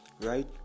right